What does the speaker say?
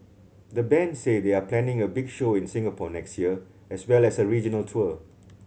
the band say they are planning a big show in Singapore next year as well as a regional tour